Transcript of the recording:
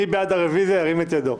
מי בעד הרוויזיה, ירים את ידו.